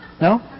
No